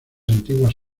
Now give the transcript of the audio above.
antiguas